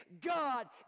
God